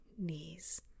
knees